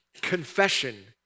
Confession